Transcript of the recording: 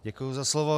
Děkuji za slovo.